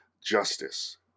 justice